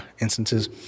instances